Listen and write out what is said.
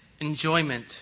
enjoyment